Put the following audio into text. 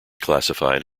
classified